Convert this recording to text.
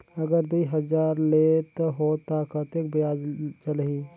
अगर दुई हजार लेत हो ता कतेक ब्याज चलही?